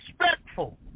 respectful